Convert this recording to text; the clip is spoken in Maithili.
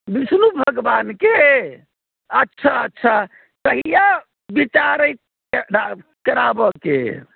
विष्णु भगवानके अच्छा अच्छा कहिया कराबऽके